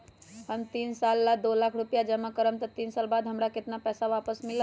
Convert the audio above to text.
हम तीन साल ला दो लाख रूपैया जमा करम त तीन साल बाद हमरा केतना पैसा वापस मिलत?